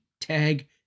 Tag